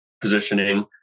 positioning